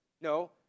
No